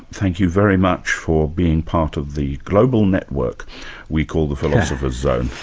thank you very much for being part of the global network we call the philosopher's zone.